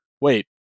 wait